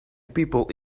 people